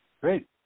Great